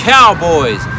Cowboys